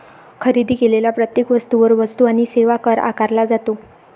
खरेदी केलेल्या प्रत्येक वस्तूवर वस्तू आणि सेवा कर आकारला जातो